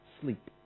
sleep